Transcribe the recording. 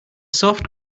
soft